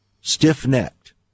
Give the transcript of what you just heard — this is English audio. stiff-necked